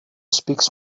speaks